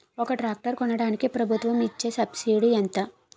ఒక ట్రాక్టర్ కొనడానికి ప్రభుత్వం ఇచే సబ్సిడీ ఎంత?